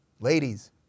ladies